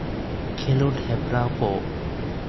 ᱠᱷᱮᱞᱳᱰ ᱦᱮᱯᱨᱟᱣ ᱠᱚ